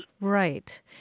Right